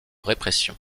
répression